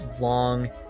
long